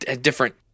different